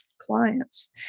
clients